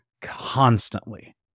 constantly